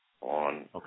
on